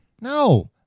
No